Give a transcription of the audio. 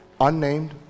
unnamed